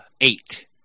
Eight